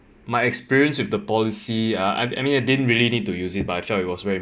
my experience with the policy uh I mean I didn't really need to use it but I felt it was very